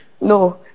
no